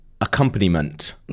accompaniment